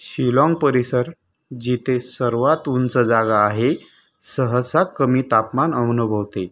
शिलाँग परिसर जेथे सर्वात उंच जागा आहे सहसा कमी तापमान अवनभवते